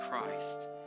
christ